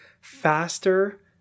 faster